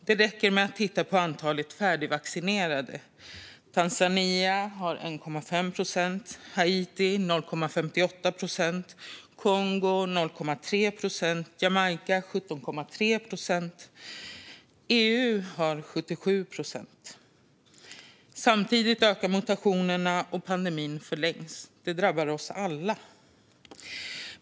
Det räcker med att titta på antalet färdigvaccinerade: Tanzania har 1,5 procent, Haiti 0,58 procent, Kongo 0,3 procent och Jamaica 17,3 procent. EU har 77 procent. Samtidigt ökar mutationerna, och pandemin förlängs. Detta drabbar oss alla.